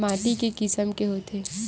माटी के किसम के होथे?